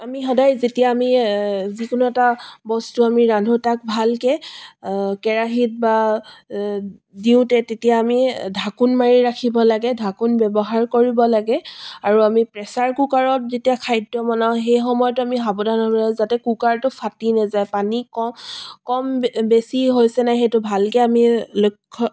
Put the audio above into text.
আমি সদায় যেতিয়া আমি যিকোনো এটা বস্তু আমি ৰান্ধো তাক ভালকৈ কেৰাহিত বা দিওঁতে তেতিয়া আমি ঢাকোন মাৰি ৰাখিব লাগে ঢাকোন ব্যৱহাৰ কৰিব লাগে আৰু আমি প্ৰেচাৰ কুকাৰত যেতিয়া খাদ্য বনাওঁ সেই সময়তো আমি সৱধান হ'ব লাগে যাতে কুকাৰটো ফাটি নেযায় পানী ক কম কম বেছি হৈছেনে নাই সেইটো ভালকৈ আমি লক্ষ্য